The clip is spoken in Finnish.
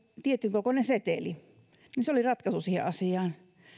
tietyn kokoinen seteli se oli ratkaisu siihen asiaan